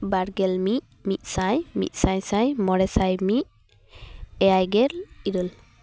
ᱵᱟᱨᱜᱮᱞ ᱢᱤᱫ ᱢᱤᱫ ᱥᱟᱭ ᱢᱤᱫ ᱥᱟᱭ ᱥᱟᱭ ᱢᱚᱬᱮᱥᱟᱭ ᱢᱤᱫ ᱮᱭᱟᱭ ᱜᱮᱞ ᱤᱨᱟᱹᱞ